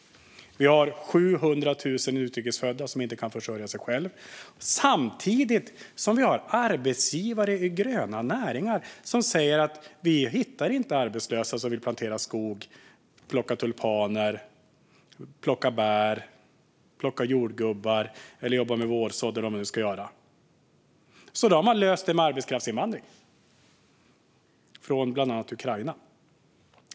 Vi har 700 000 utrikes födda som inte kan försörja sig själva. Samtidigt har vi arbetsgivare i gröna näringar som säger att de inte hittar arbetslösa som vill plantera skog, plocka tulpaner, plocka bär, plocka jordgubbar, jobba med vårsådd eller vad de nu ska göra. De har löst det med arbetskraftsinvandring från bland annat Ukraina.